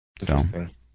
Interesting